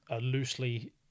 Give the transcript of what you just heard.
loosely